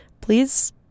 please